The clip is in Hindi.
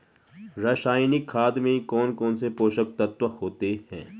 रासायनिक खाद में कौन कौन से पोषक तत्व होते हैं?